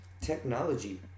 technology